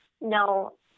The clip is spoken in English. no